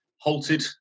halted